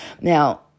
Now